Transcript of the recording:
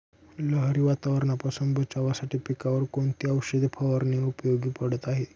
लहरी वातावरणापासून बचावासाठी पिकांवर कोणती औषध फवारणी उपयोगी पडत आहे?